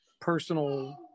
personal